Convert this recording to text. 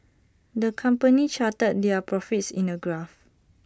the company charted their profits in A graph